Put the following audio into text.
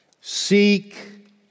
Seek